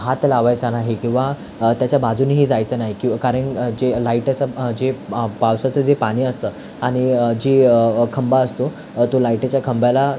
हात लावायचा नाही किंवा त्याच्या बाजुनेही जायचं नाही की कारण जे लाईटचं जे पं पावसाचं जे पाणी असतं आणि जे खांब असतो तो लायटीच्या खांबाला